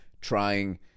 trying